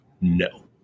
No